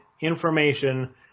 information